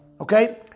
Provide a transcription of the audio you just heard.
okay